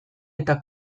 eta